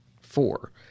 four